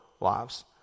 lives